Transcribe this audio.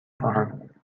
خواهم